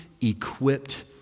equipped